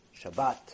Shabbat